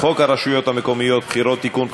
34 בעד, אפס מתנגדים.